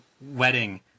wedding